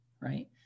right